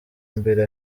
mbere